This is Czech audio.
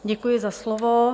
Děkuji za slovo.